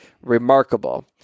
remarkable